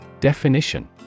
Definition